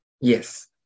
Yes